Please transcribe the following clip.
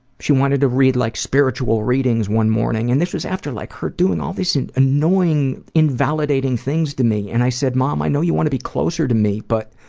she wanted to read like spiritual readings one morning and this was after like her doing all of these annoying and invalidating things to me. and i said, mom i know you want to be closer to me but